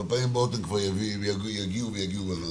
ובפעמים הבאות הם יגיעו ויגיעו בזמן.